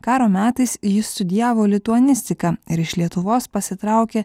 karo metais jis studijavo lituanistiką ir iš lietuvos pasitraukė